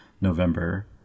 November